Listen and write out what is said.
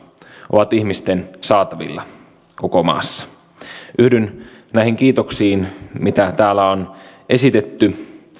ovat ihmisten saatavilla koko maassa yhdyn näihin kiitoksiin mitä täällä on esitetty